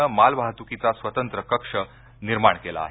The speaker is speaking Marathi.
ने मालवाहतुकीचे स्वतंत्र कक्ष निर्माण केला आहे